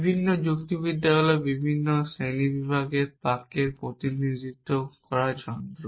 বিভিন্ন যুক্তিবিদ্যা হল বিভিন্ন শ্রেণীবিভাগের বাক্যের প্রতিনিধিত্ব করার যন্ত্র